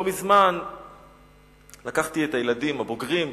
לא מזמן לקחתי את הילדים הבוגרים,